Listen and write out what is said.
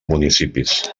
municipis